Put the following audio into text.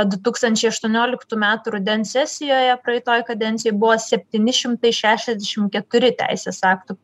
du tūkstančiai aštuonioliktų metų rudens sesijoje praeitoj kadencijoj buvo septyni šimtai šešiasdešim keturi teisės aktų